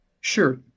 Sure